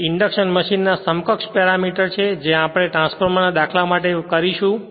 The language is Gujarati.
તેથી આ ઇન્ડક્શન મશીન ના સમકક્ષ પેરામેટર છે જે આપણે ટ્રાન્સફોર્મર ના દાખલા માટે કરીશું